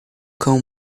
cão